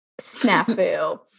snafu